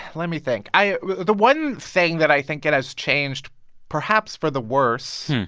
let me think. i the one thing that i think it has changed perhaps, for the worse